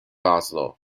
oslo